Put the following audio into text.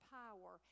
power